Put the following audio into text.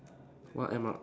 what M R